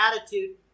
attitude